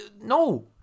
no